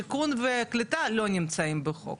שיכון וקליטה לא נמצאים בחוק.